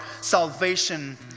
salvation